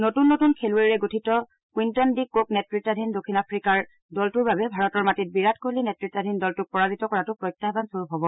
নতুন নতুন খেলুৱৈৰে গঠিত কুইণ্টন ডি ক'ক নেত্ৰত্বাধীন দক্ষিণ আফ্ৰিকাৰ দলটোৰ বাবে ভাৰতৰ মাটিত বিৰাট কোহলী নেতৃতাধীন দলটোক পৰাজিত কৰাটো প্ৰত্যাহবান স্বৰূপ হ'ব